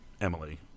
Emily